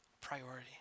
priority